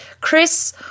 Chris